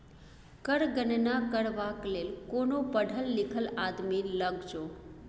कर गणना करबाक लेल कोनो पढ़ल लिखल आदमी लग जो